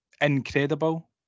incredible